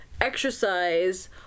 exercise